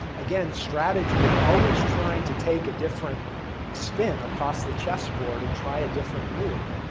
again strategy you're always trying to take a different spin across the chessboard and try a different move.